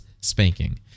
spanking